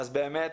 באמת,